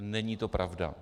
Není to pravda.